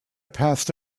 passed